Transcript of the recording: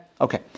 Okay